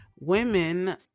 women